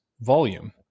volume